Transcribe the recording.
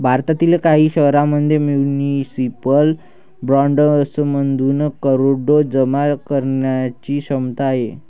भारतातील काही शहरांमध्ये म्युनिसिपल बॉण्ड्समधून करोडो जमा करण्याची क्षमता आहे